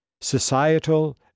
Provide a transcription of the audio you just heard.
societal